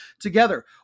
together